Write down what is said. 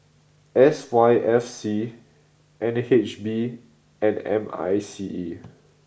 S Y F C N H B and M I C E